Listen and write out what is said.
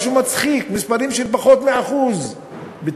משהו מצחיק, מספרים של פחות מ-1% מתקציבים.